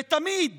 ותמיד